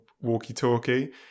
walkie-talkie